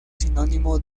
sinónimo